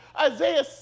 Isaiah